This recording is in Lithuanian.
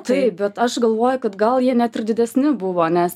taip bet aš galvoju kad gal jie net ir didesni buvo nes